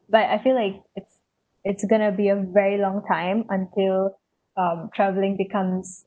but I feel like it's it's gonna be a very long time until um travelling becomes